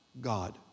God